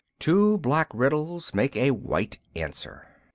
two black riddles make a white answer.